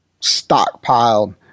stockpiled